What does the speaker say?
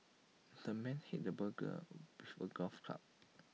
the man hit the burglar with A golf club